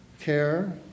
care